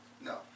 no